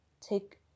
Take